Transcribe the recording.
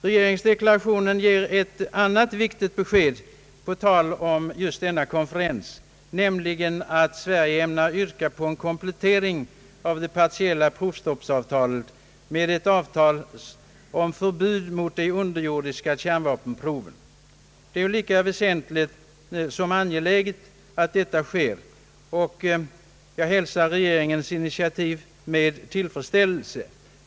Regeringsdeklarationen ger ett annat viktigt besked på tal om just denna konferens, nämligen att Sverige ämnar yrka på komplettering av det partiella provstoppsavtalet med ett förbud mot de underjordiska kärnvapenproven. Det är lika väsentligt som angeläget att det ta sker, och jag hälsar regeringens initiativ med tillfredsställelse.